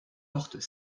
portent